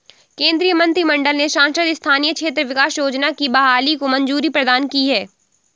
केन्द्रीय मंत्रिमंडल ने सांसद स्थानीय क्षेत्र विकास योजना की बहाली को मंज़ूरी प्रदान की है